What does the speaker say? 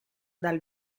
dal